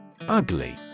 Ugly